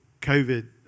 COVID